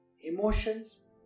emotions